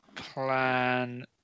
Plan